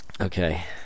Okay